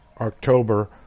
October